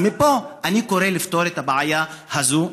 אז מפה אני קורא לפתור את הבעיה הזו.